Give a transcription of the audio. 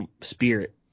spirit